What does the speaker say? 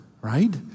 right